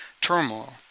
turmoil